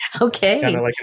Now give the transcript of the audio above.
Okay